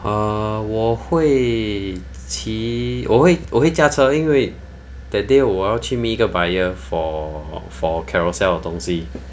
err 我会骑我会我会驾车因为 that day 我要去 meet 一个 buyer for for carousell 的东西